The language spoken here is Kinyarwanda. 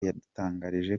yadutangarije